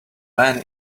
men